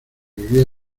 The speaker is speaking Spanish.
vivía